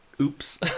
Oops